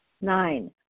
Nine